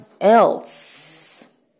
else